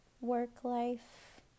work-life